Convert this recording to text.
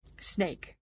Snake